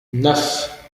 neuf